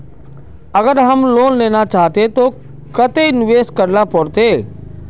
अगर हम लोन लेना चाहते तो केते इंवेस्ट करेला पड़ते?